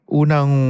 unang